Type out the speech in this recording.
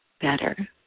better